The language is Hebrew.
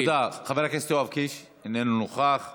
ועכשיו איננה שפה רשמית,